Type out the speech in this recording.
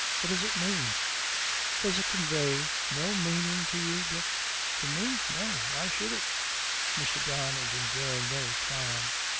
what does it mean does it convey no meaning to you, dick to me? no why should it mr. don is enjoying no triumph.